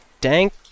dank